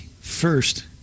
first